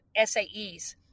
SAEs